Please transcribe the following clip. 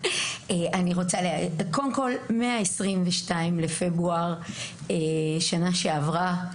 מה-22 לפברואר בשנה שעברה,